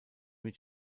mit